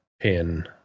pin